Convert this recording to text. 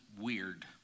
weird